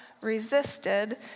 resisted